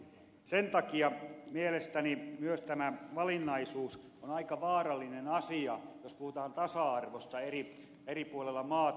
sen takia mielestäni myös tämä valinnaisuus on aika vaarallinen asia jos puhutaan tasa arvosta eri puolilla maata